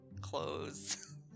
clothes